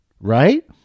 right